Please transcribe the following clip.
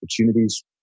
opportunities